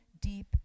deep